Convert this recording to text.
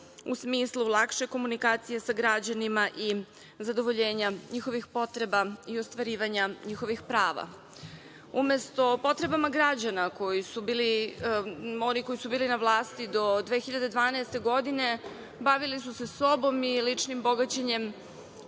u smislu lakše komunikacije sa građanima i zadovoljenja njihovih potreba i ostvarivanja njihovih prava. Umesto potrebama građana, oni koji su bili na vlasti do 2012. godine bavili su se sobom i ličnim bogaćenjem,